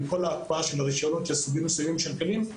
עם כל ההקפאה של הרישיונות לסוגים מסוימים של כלים,